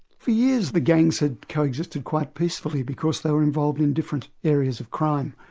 for years, the gangs had coexisted quite peacefully because they were involved in different areas of crime.